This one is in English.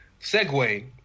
segue